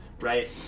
right